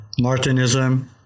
Martinism